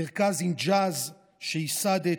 מרכז אינג'אז שייסדת,